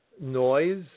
noise